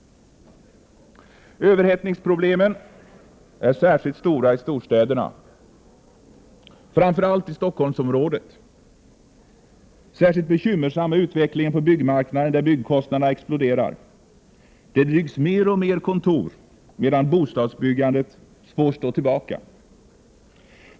Överhettningsproblemen är särskilt stora i storstäderna, framför allt i Stockholmsområdet. Särskilt bekymmersam är utvecklingen på byggmarknaden där kostnaderna exploderar. Det byggs mer och mer kontor, medan bostadsbyggandet får stå tillbaka.